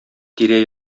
тирә